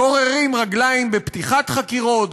גוררים רגליים בפתיחת חקירות,